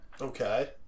Okay